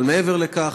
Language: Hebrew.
אבל מעבר לכך